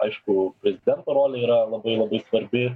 aišku prezidento rolė yra labai labai svarbi